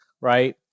right